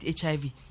HIV